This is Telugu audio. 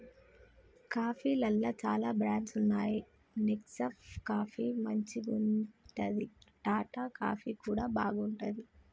కాఫీలల్ల చాల బ్రాండ్స్ వున్నాయి నెస్కేఫ్ కాఫీ మంచిగుంటది, టాటా కాఫీ కూడా బాగుంటది